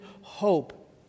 hope